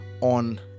on